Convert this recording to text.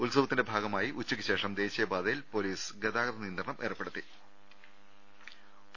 ഉത്സവത്തിന്റെ ഭാഗമായി ഉച്ചയ്ക്കുശേഷം ദേശീയപാതയിൽ പോ ലീസ് ഗതാഗത നിയന്ത്രണം ഏർപ്പെടുത്തിയിട്ടുണ്ട്